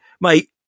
mate